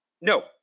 No